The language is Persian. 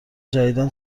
جدیدا